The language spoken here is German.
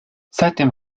seitdem